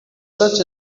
such